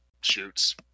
shoots